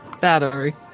battery